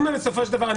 בסדר גמור.